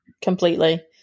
completely